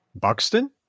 Buxton